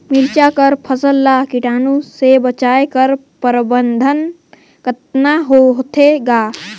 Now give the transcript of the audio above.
मिरचा कर फसल ला कीटाणु से बचाय कर प्रबंधन कतना होथे ग?